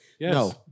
No